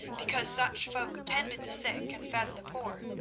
because such folk tended the sick and fed the poor.